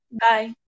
Bye